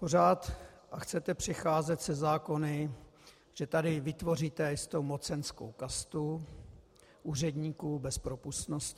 Pořád chcete přicházet se zákony, že tady vytvoříte jistou mocenskou kastu úředníků bez propustnosti.